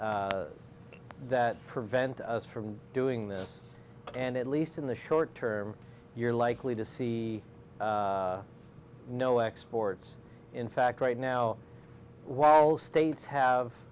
treaties that prevent us from doing this and at least in the short term you're likely to see no exports in fact right now while states have